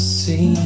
see